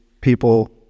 people